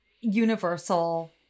universal